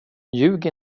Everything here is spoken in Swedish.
ljug